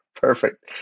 Perfect